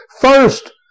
First